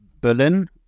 Berlin